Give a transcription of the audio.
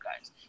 guys